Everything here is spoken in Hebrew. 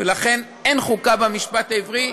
ולכן אין חוקה במשפט העברי.